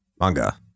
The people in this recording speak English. manga